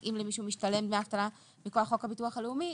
אם למישהו משתלמים דמי אבטלה מכוח חוק הביטוח הלאומי,